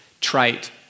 trite